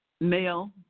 male